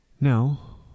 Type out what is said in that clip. Now